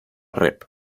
rep